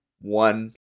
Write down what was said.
one